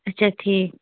اچھا ٹھیٖک